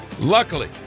Luckily